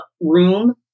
room